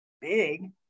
big